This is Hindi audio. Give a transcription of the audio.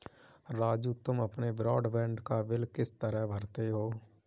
राजू तुम अपने ब्रॉडबैंड का बिल किस तरह भरते हो